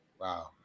Wow